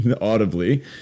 audibly